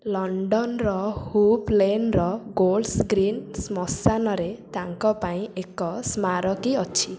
ଲଣ୍ଡନର ହୁପ୍ ଲେନ୍ର Golders Green ଶ୍ମଶାନରେ ତାଙ୍କ ପାଇଁ ଏକ ସ୍ମାରକୀ ଅଛି